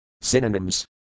Synonyms